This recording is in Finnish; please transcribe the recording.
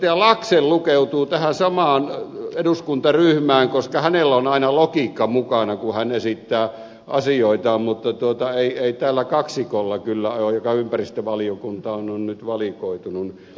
laxell lukeutuu tähän samaan eduskuntaryhmään koska hänellä on aina logiikka mukana kun hän esittää asioitaan mutta ei tällä kaksikolla kyllä joka ympäristövaliokuntaan on nyt valikoitunut